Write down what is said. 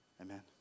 Amen